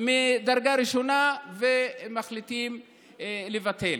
ממדרגה ראשונה, ומחליטים לבטל.